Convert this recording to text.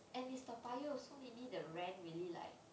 and it's toa payoh so maybe the rent really like